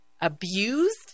abused